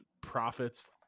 profits